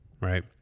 right